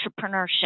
entrepreneurship